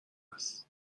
هست